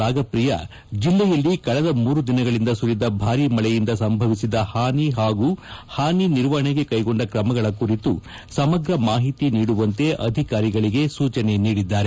ರಾಗಪ್ರಿಯಾ ಜಿಲ್ಲೆಯಲ್ಲಿ ಕಳೆದ ಮೂರು ದಿನಗಳಿಂದ ಸುರಿದ ಭಾರಿ ಮಳೆಯಿಂದ ಸಂಭವಿಸಿದ ಹಾನಿಯ ಹಾಗೂ ಹಾನಿ ನಿರ್ವಹಣೆಗೆ ಕೈಗೊಂಡ ಕ್ರಮಗಳ ಕುರಿತು ಸಮಗ್ರ ಮಾಹಿತಿ ನೀಡುವಂತೆ ಅಧಿಕಾರಿಗಳಿಗೆ ಸೂಚನೆ ನೀಡಿದ್ದಾರೆ